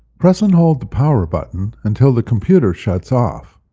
press and hold the power button until the computer shuts off.